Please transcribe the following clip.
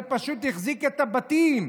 זה פשוט החזיק את הבתים.